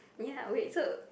ya wait so